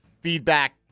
feedback